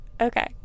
okay